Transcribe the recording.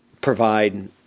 provide